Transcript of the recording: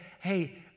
hey